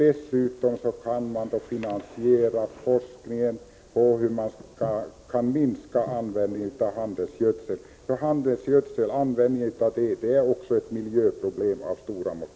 Dessutom kan man då finansiera forskningen om hur användningen av handelsgödsel skall kunna minskas. Handelsgödslingen är nämligen också ett miljöproblem av stora mått.